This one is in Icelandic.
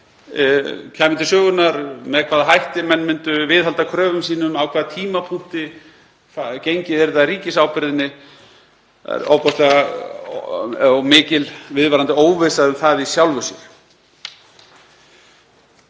kæmu til sögunnar, með hvaða hætti menn myndu viðhalda kröfum sínum, á hvaða tímapunkti gengið yrði að ríkisábyrgðinni. Það er ofboðslega mikil viðvarandi óvissa um það í sjálfu sér.